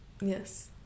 Yes